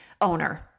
owner